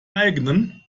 eigenen